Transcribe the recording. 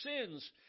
sins